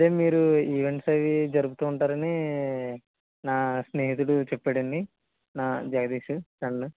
అదే మరి మీరు ఈవెంట్స్ అవి జరుపుతుంటారని నా స్నేహితుడు చెప్పాడండి నా జగదీష్ ఫ్రెండ్